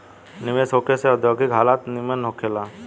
निवेश होखे से औद्योगिक हालत निमन होखे ला